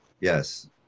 Yes